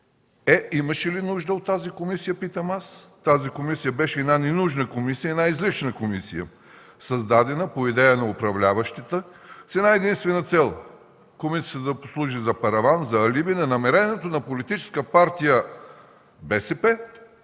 Е, имаше ли нужда от тази комисия, питам аз? Тя беше ненужна, излишна комисия, създадена по идея на управляващите с една-единствена цел – да послужи за параван, за алиби на намерението на Политическа партия БСП